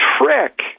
trick